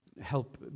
help